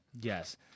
Yes